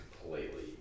completely